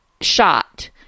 shot